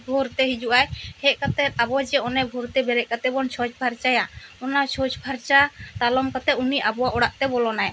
ᱵᱷᱳᱨ ᱛᱮ ᱦᱤᱡᱩᱜ ᱟᱭ ᱦᱮᱡ ᱠᱟᱛᱮ ᱟᱵᱚ ᱡᱮ ᱚᱱᱮ ᱵᱷᱳᱨ ᱛᱮ ᱵᱮᱨᱮᱫ ᱠᱟᱛᱮ ᱵᱚᱱ ᱪᱷᱚᱪ ᱯᱷᱟᱨᱪᱟᱭᱟ ᱚᱱᱟ ᱪᱷᱚᱪ ᱯᱷᱟᱨᱪᱟ ᱛᱟᱞᱚᱢ ᱠᱟᱛᱮ ᱩᱱᱤ ᱟᱵᱚ ᱚᱲᱟᱜ ᱛᱮᱭ ᱵᱚᱞᱚᱱᱟᱭ